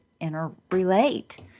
interrelate